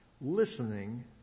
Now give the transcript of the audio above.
listening